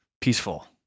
peaceful